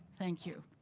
thank you.